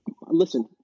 listen